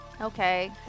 Okay